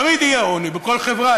תמיד יהיה עוני, בכל חברה.